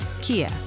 Kia